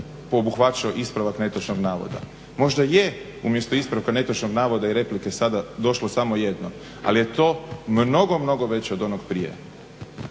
obuhvaćao ispravak netočnog navoda. Možda je umjesto ispravka netočnog navoda i replike sada došlo samo jedno, ali je to mnogo, mnogo veće od onog prije.